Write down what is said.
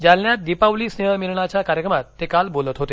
जालन्यात दीपावली स्रेहमिलनाच्या कार्यक्रमात ते काल बोलत होते